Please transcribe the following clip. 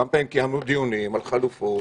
גם כן קיימנו דיונים על חלופות.